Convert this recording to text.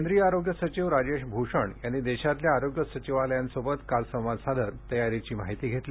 केंद्रीय आरोग्य सचिव राजेश भूषण यांनी देशातल्या आरोग्य सचिवालयांशी काल संवाद साधत तयारीची माहिती घेतली